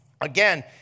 again